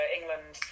England